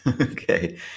Okay